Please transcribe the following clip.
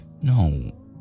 No